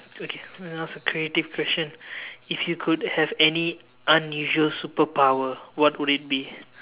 okay now is the creative question if you could have any unusual superpower what would it be